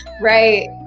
Right